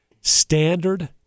standard